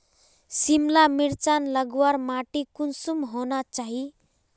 सिमला मिर्चान लगवार माटी कुंसम होना चही?